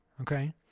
okay